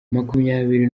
makumyabiri